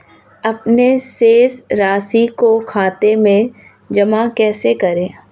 अपने शेष राशि को खाते में जमा कैसे करें?